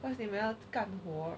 cause 你们要干活